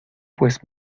pues